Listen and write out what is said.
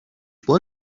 بار